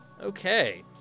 Okay